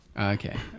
Okay